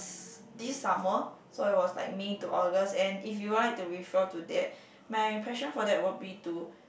this summer so it was like May to August and if you want to refer to that my passion for that would be to